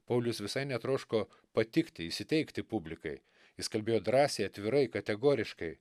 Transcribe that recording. paulius visai netroško patikti įsiteikti publikai jis kalbėjo drąsiai atvirai kategoriškai